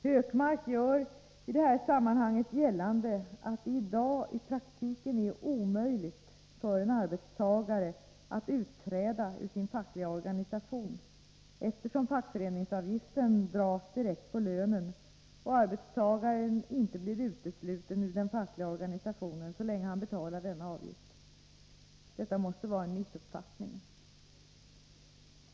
Hökmark gör i det här sammanhanget gällande att det i dag i praktiken är omöjligt för en arbetstagare att utträda ur sin fackliga organisation, eftersom fackföreningsavgiften dras direkt på lönen och arbetstagaren inte blir utesluten ur den fackliga organisationen så länge han betalar denna avgift. Detta måste vara en missuppfattning.